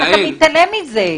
אתה מתעלם מזה.